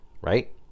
right